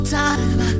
time